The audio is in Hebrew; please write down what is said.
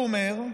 הוא אומר,